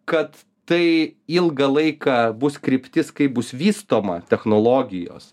kad tai ilgą laiką bus kryptis kaip bus vystoma technologijos